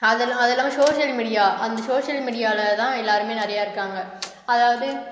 அதெல்லாம் அதுல்லாமல் social media அந்த சோஷியல் மீடியாவில் தான் எல்லாருமே நிறையா இருக்காங்க அதாவது